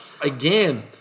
again